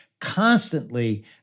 constantly